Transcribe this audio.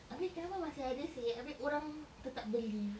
I mean kenapa masih ada seh I mean orang tetap beli